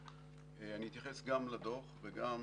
אני אתייחס גם לדוח וגם